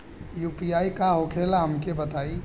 UPI का होखेला हमका बताई?